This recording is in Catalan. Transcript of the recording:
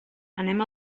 anem